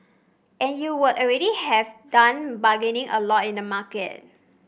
and you would already have done bargaining a lot in the market